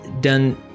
done